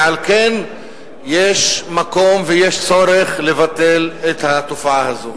ועל כן יש מקום ויש צורך לבטל את התופעה הזאת.